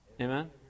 Amen